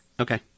Okay